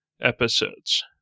episodes